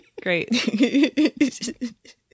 Great